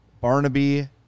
Barnaby